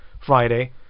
Friday